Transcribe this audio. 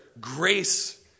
grace